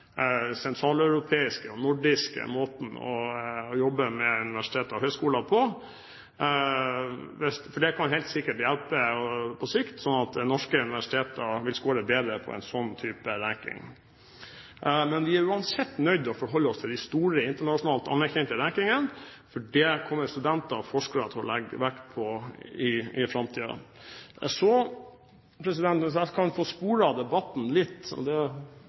sentraleuropeiske og nordiske måten å jobbe med universiteter og høyskoler på. For det kan helt sikkert hjelpe på sikt, slik at norske universiteter vil skåre bedre på en sånn type ranking. Men vi er uansett nødt til å forholde oss til de store, internasjonalt anerkjente rankingene, for det kommer studenter og forskere til å legge vekt på i framtiden. Hvis jeg kan få spore av debatten litt – og det